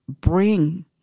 bring